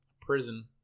prison